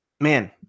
man